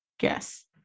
Yes